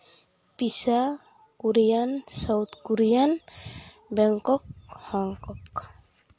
Pisa Korean South Korean Bangkok Hong Kong